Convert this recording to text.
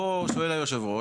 פה שואל יושב הראש,